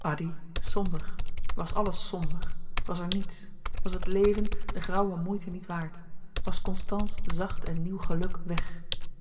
addy somber was alles somber was er niets was het leven de grauwe moeite niet waard was constance's zacht en nieuw geluk weg